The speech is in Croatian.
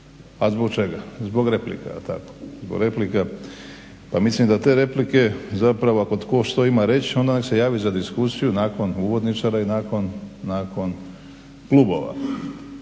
A zbog čega? Zbog replika jel tako zbog replika. Pa mislim da te replike zapravo ako tko što ima reći onda neka se javi za diskusiju nakon uvodničara i nakon klubova.